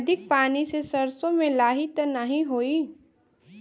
अधिक पानी से सरसो मे लाही त नाही होई?